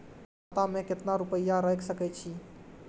खाता में केतना रूपया रैख सके छी?